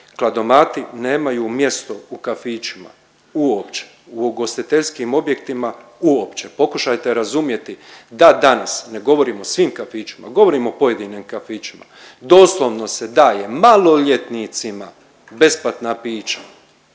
kladomati nemaju mjesto u kafićima uopće. U ugostiteljskim objektima uopće. Pokušajte razumjeti da danas, ne govorim o svim kafićima, govorim o pojedinim kafićima, doslovno se daje maloljetnicima besplatna pića